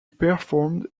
performed